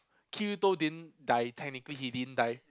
Kirito didn't die technically he didn't die